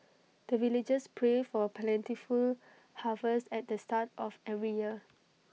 the villagers pray for plentiful harvest at the start of every year